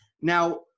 Now